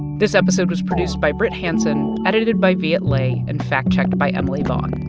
this episode was produced by brit hanson, edited by viet le and fact-checked by emily vaughn.